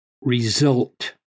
result